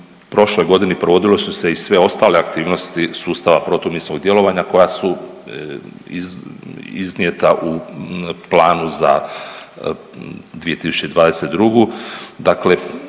prošloj godini, provodile su se i sve ostale aktivnosti sustava protuminskog djelovanja koja su iz, iznijeta u Planu za 2022.,